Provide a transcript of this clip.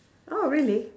orh really